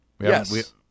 Yes